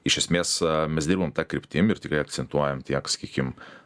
iš esmės mes dirbam ta kryptim ir tikrai akcentuojam tiek sakykim